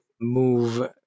move